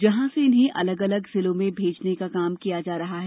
जहां से इन्हें अलग अलग जिलों में भेजने का काम किया जा रहा है